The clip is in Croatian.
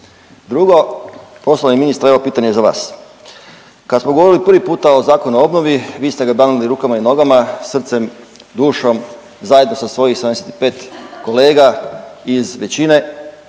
razumije/…ministre evo pitanje za vas. Kad smo govorili prvi puta o Zakonu o obnovi vi ste ga branili rukama i nogama, srcem i dušom zajedno sa svojih 75 kolega iz većine,